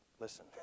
listen